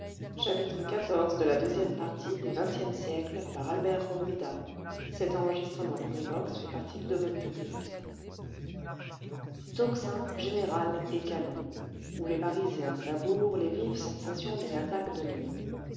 tocsin générale et canon où les parisiens savourent les vives sensations d'une attaque de nuit